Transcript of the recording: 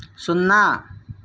సున్నా